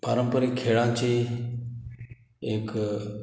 पारंपारीक खेळांची एक